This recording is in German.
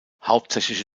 hauptsächliche